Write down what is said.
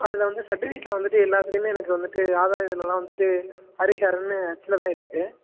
அதில் வந்துட்டு சர்டிஃபிகேட்டில் வந்துவிட்டு எல்லாத்துலையுமே எனக்கு வந்துவிட்டு ஆதார் இதுலெல்லாம் வந்துவிட்டு ஹரிஹரன்னு ஹச்சில் தான் இருக்கு